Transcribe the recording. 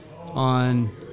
on